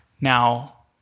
Now